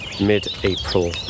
mid-April